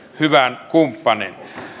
hyvän kumppanin